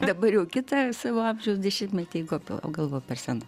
dabar jau kitą savo amžiaus dešimtmetį galvo galvojau per sena